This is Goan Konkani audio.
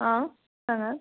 आं सांगात